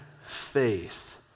faith